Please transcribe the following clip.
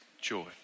joy